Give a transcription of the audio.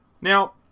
now